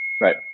Right